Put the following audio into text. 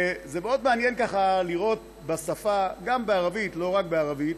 זה מאוד מעניין לראות, גם בערבית, לא רק בערבית: